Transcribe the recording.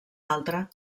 altre